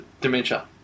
dementia